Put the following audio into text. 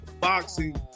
boxing